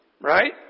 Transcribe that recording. Right